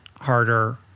harder